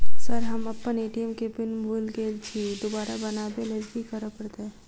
Sir हम अप्पन ATM केँ पिन भूल गेल छी दोबारा बनाबै लेल की करऽ परतै?